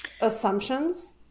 assumptions